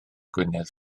gwynedd